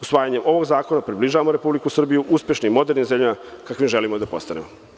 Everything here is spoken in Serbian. Usvajanjem ovog zakona približavamo Republiku Srbiju uspešnim i u modernim zemljama kakve želimo da postanemo.